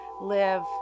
live